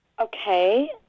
Okay